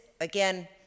again